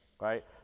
Right